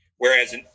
Whereas